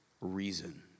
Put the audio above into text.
reason